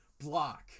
block